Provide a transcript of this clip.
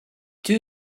two